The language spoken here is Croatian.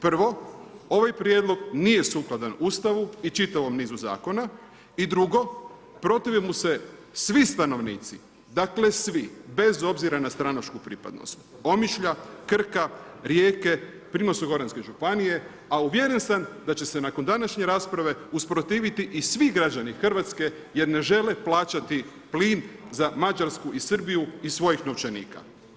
Prvo, ovaj prijedlog nije sukladan Ustavom i čitavom nizu zakona i drugo, protive mu se svi stanovnici, dakle, svi, bez obzira na stranačku pripadnost Omišlja, Krka, Rijeke, Primorsko goranske županije, a uvjeren sam da će se nakon današnje rasprave, usprotiviti i svi građani Hrvatske, jer ne žele plaćati plin za Mađarsku i Srbiju iz svojih novčanika.